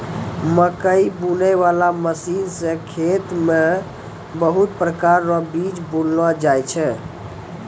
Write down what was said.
मकैइ बुनै बाला मशीन से खेत मे बहुत प्रकार रो बीज बुनलो जाय छै